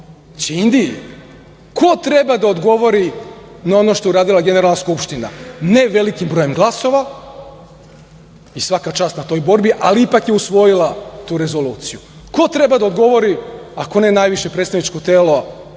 Indiji? Ko treba da odgovori na ono što je uradila Generalna skupština ne velikim brojem glasova i svaka čast na toj borbi, ali ipak je usvojila tu rezoluciju? Ko treba da odgovori ako ne najviše predstavničko telo